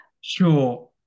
sure